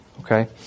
Okay